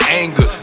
anger